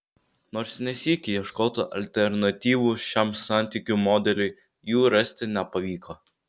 nors ne sykį ieškota alternatyvų šiam santykių modeliui jų rasti nepavyko